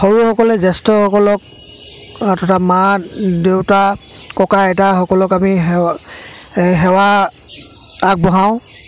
সৰুসকলে জ্যেষ্ঠসকলক তথা মা দেউতা ককা আইতাসকলক আমি সেৱা সেৱা আগবঢ়াওঁ